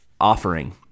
offering